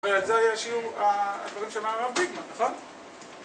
וזה היה שיעור, אתם אומרים שאמר הרב ביגמן, נכון?